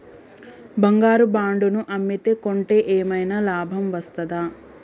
బంగారు బాండు ను అమ్మితే కొంటే ఏమైనా లాభం వస్తదా?